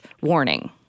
warning